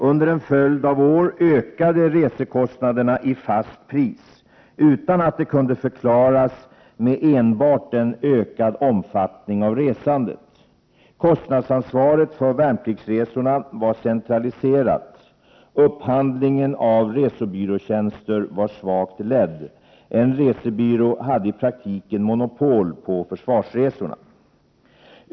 Under en följd av år ökade resekostnaderna i fast pris, utan att det kunde förklaras med enbart en ökad omfattning av resandet. Kostnadsansvaret för värnpliktsresorna var centraliserat. Upphandlingen av resebyråtjänster var svagt ledd. En resebyrå hade i praktiken monopol på försvarsresorna.